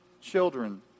children